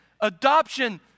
adoption